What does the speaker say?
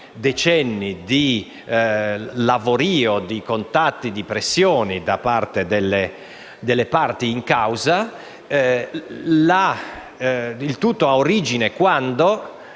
decenni di lavorio, di contatti e di pressioni da parte delle parti in causa. Il tutto ha avuto origine quando